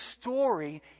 story